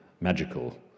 magical